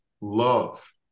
love